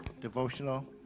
devotional